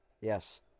Yes